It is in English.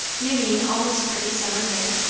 you mean, all this pretty summer day?